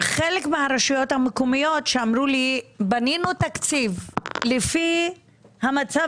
חלק מהרשויות המקומיות שאמרו לי בנינו תקציב לפי המצב